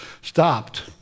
stopped